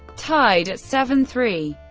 tied at seven three,